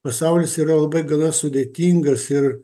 pasaulis yra labai gana sudėtingas ir